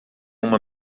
uma